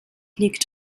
liegt